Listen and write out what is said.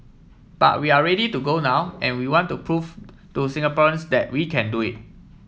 but we are ready to go now and we want to prove to Singaporeans that we can do it